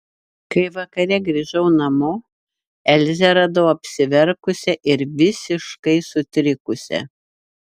kai vakare grįžau namo elzę radau apsiverkusią ir visiškai sutrikusią